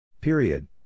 Period